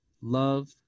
Love